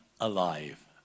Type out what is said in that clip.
alive